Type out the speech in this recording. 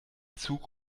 zug